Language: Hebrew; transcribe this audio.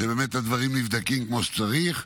שבאמת הדברים נבדקים כמו שצריך,